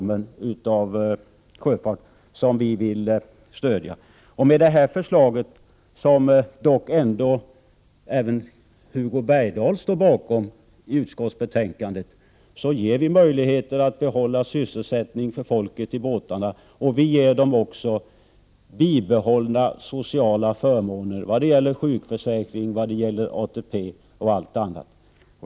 Med utskottets yttrande som även Hugo Bergdahl står bakom ger vi folket i båtarna möjligheter att behålla sysselsättningen med bibehållna sociala förmåner när det gäller sjukförsäkring, ATP och allt annat.